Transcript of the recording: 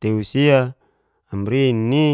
tei sia amrin ni.